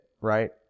right